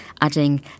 adding